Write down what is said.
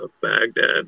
Baghdad